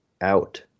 out